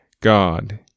God